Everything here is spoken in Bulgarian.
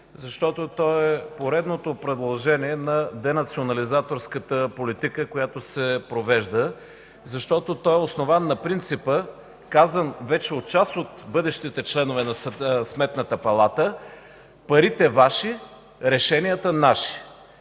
защото той е поредното предложение на денационализаторската политика, която се провежда; защото той е основан на принципа, казан вече от част от бъдещите членове на Сметната палата: „Парите – Ваши, решенията – наши”.